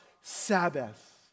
Sabbath